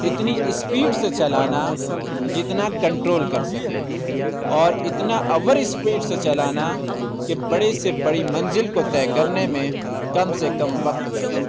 اتنی اسپیڈ سے چلانا جتنا کنٹرول کر سکیں اور اتنا اوور اسپیڈ سے چلانا کہ بڑی سے بڑی منزل کو طے کرنے میں کم سے کم وقت لگے